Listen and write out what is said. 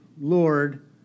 Lord